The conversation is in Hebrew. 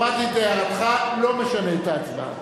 שמעתי את הערתך, לא משנה את ההצבעה